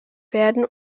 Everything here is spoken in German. werden